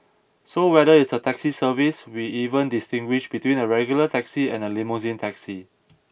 so whether it's a taxi service we even distinguish between a regular taxi and a limousine taxi